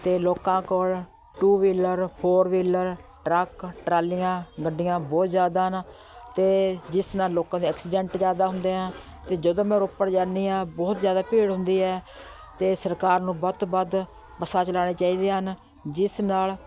ਅਤੇ ਲੋਕਾਂ ਕੋਲ two wheeler four wheeler truck ਟਰਾਲੀਆਂ ਗੱਡੀਆਂ ਬਹੁਤ ਜ਼ਿਆਦਾ ਹਨ ਅਤੇ ਜਿਸ ਨਾਲ ਲੋਕਾਂ ਦੇ ਐਕਸੀਡੈਂਟ ਜ਼ਿਆਦਾ ਹੁੰਦੇ ਆਂ ਅਤੇ ਜਦੋਂ ਮੈਂ ਰੋਪੜ ਜਾਂਦੀ ਹਾਂ ਬਹੁਤ ਜ਼ਿਆਦਾ ਭੀੜ ਹੁੰਦੀ ਹੈ ਅਤੇ ਸਰਕਾਰ ਨੂੰ ਵੱਧ ਤੋਂ ਵੱਧ ਬੱਸਾਂ ਚਲਾਉਣੀਆਂ ਚਾਹੀਦੀਆਂ ਹਨ ਜਿਸ ਨਾਲ